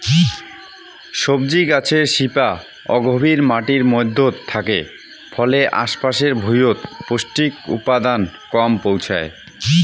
সবজি গছের শিপা অগভীর মাটির মইধ্যত থাকে ফলে আশ পাশের ভুঁইয়ত পৌষ্টিক উপাদান কম পৌঁছায়